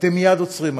אתם מייד עוצרים הכול,